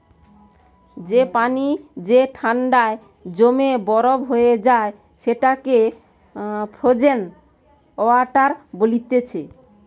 যে পানি যে ঠান্ডায় জমে বরফ হয়ে যায় সেটাকে ফ্রোজেন ওয়াটার বলতিছে